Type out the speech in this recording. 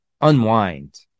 unwind